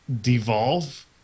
devolve